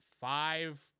five